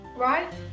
right